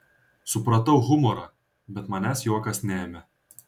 supratau humorą bet manęs juokas neėmė